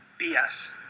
BS